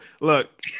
look